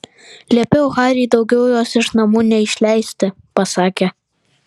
liepiau hariui daugiau jos iš namų neišleisti pasakė